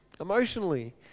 emotionally